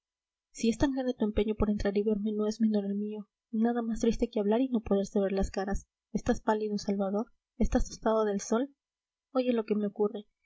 si es tan grande tu empeño por entrar y verme no es menor el mío nada más triste que hablar y no poderse ver las caras estás pálido salvador estás tostado del sol oye lo que me ocurre